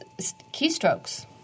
keystrokes